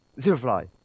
Superfly